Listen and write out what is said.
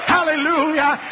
Hallelujah